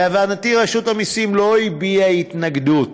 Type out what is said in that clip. להבנתי, רשות המסים לא הביעה התנגדות,